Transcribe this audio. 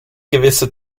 gewisse